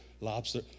Lobster